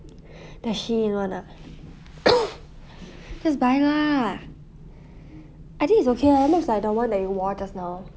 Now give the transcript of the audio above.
the SHEIN [one] ah just buy lah I think it's okay leh looks like the [one] that you wore just now